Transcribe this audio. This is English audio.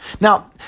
Now